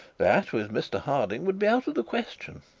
that, with mr harding, would be out of the question.